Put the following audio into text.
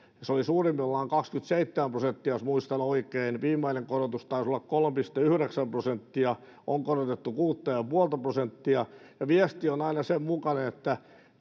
se oli suurimmillaan kaksikymmentäseitsemän prosenttia jos muistan oikein viimeinen korotus taisi olla kolme pilkku yhdeksän prosenttia on korotettu kuutta pilkku viittä prosenttia ja viesti on aina sen mukainen että